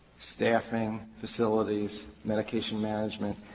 staffing, facilities, medication management,